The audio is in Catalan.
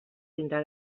tindrà